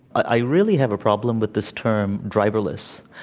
i really have a problem with this term, driverless,